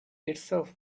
itself